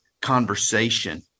conversation